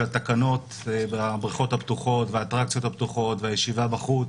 התקנות בבריכות הפתוחות והאטרקציות הפתוחות והישיבה בחוץ,